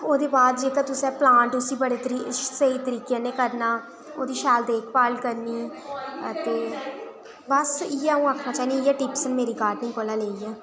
ओह्दे बाद जेह्का तुसें उसी पलांट बड़े सेही तरीके कन्नै करना ओह्दी शैल देखभाल करनी ते बस इ'यै आ'ऊं आखना चाह्नी इ'यै टिपस ऐ मेरी गाडर्निंग कोला लेई ऐ